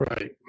right